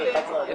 ההחלטה התקבלה.